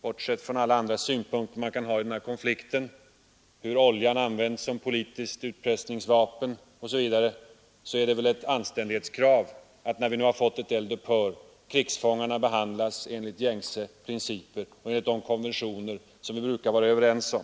Bortsett från alla andra synpunkter som man kan ha på den aktuella konflikten, t.ex. hur oljan används som politiskt utpressningsvapen osv., vill jag uttrycka den uppfattningen att när vi nu har fått ett eld upphör måste det vara ett anständighetskrav att krigsfångarna behandlas enligt gängse principer och enligt de konventioner som vi har blivit ense om.